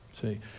See